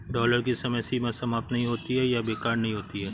dollar की समय सीमा समाप्त नहीं होती है या बेकार नहीं होती है